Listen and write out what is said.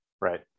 Right